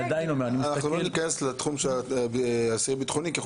אנחנו לא ניכנס לתחום של אסירים ביטחוניים.